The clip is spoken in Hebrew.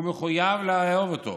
הוא מחויב לאהוב אותו,